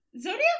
zodiac